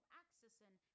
accessing